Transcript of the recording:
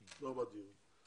בדיון.